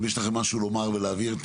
אם יש לכם משהו לומר ולהבהיר,